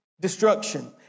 destruction